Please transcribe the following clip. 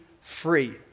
free